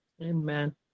Amen